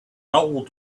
old